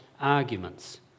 arguments